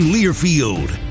Learfield